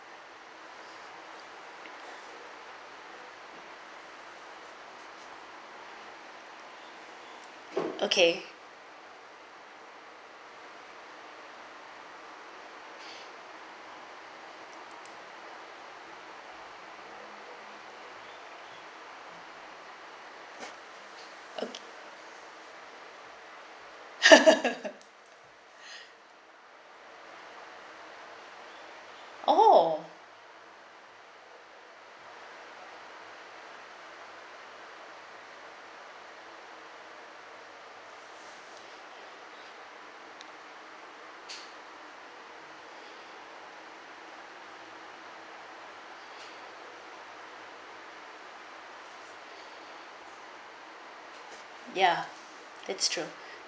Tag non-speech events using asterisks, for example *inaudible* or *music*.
okay oh *laughs* oh ya it's true